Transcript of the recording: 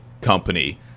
company